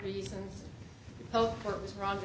reasons for it was wrong